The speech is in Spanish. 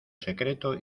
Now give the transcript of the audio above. secreto